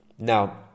Now